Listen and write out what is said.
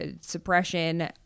suppression